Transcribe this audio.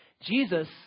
Jesus